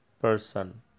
person